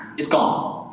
it's gone.